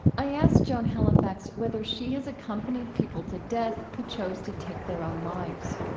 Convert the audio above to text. i asked joan halifax whether she has accompanied people to death who chose to take their own lives